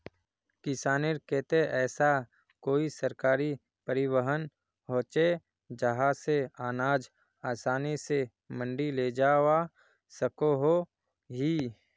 किसानेर केते ऐसा कोई सरकारी परिवहन होचे जहा से अनाज आसानी से मंडी लेजवा सकोहो ही?